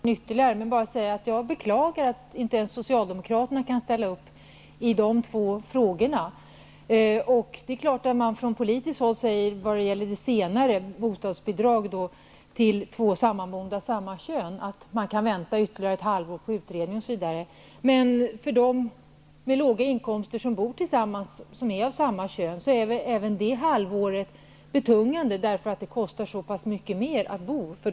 Fru talman! Jag skall inte förlänga debatten ytterligare. Jag vill bara säga att jag beklagar att inte ens Socialdemokraterna kan ställa upp i de två frågorna. Det är klart att man från politiskt håll säger att -- vad gäller bostadsbidrag till två sammanboende av samma kön -- man kan vänta ytterligare ett halvår på utredning. För personer av samma kön som bor tillsammans och har låga inkomster är även det halvåret betungande, eftersom det kostar så mycket mera att bo.